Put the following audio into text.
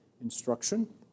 instruction